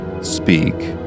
speak